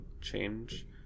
change